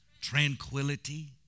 tranquility